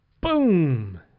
boom